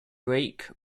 greek